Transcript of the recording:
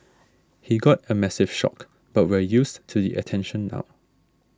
he got a massive shock but we're used to the attention now